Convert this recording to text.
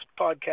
podcast